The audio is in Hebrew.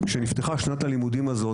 כשנפתחה שנת הלימודים הזאת,